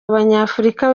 abanyafurika